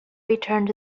returned